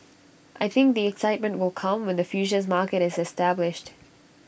I think the excitement will come when the futures market is established